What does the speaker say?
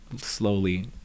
slowly